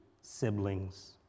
siblings